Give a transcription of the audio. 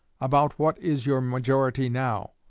about what is your majority now?